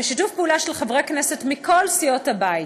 בשיתוף פעולה של חברי כנסת מכל סיעות הבית,